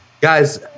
guys